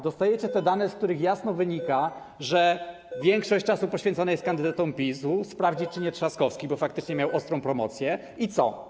Dostajecie dane, z których jasno wynika, że większość czasu poświęcona jest kandydatom PiS-u - trzeba sprawdzić, czy nie Trzaskowskiemu, bo faktycznie miał ostrą promocję - i co?